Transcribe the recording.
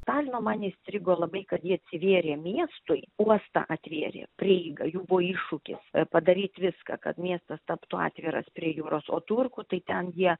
talino man įstrigo labai kad jie atsivėrė miestui uostą atvėrė prieiga jų buvo iššūkis padaryt viską kad miestas taptų atviras prie jūros o turku tai ten jie